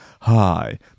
hi